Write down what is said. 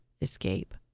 escape